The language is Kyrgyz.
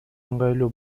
ыңгайлуу